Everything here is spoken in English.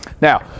Now